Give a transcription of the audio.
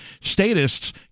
Statists